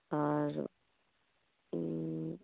ᱟᱨ